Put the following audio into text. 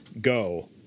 go